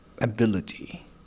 ability